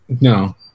No